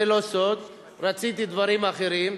זה לא סוד, רציתי דברים אחרים,